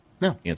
No